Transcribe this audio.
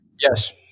Yes